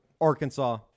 Arkansas